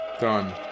Done